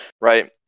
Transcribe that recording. right